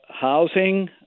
housing